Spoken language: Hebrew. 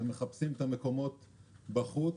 מחפשים את המקומות בחוץ.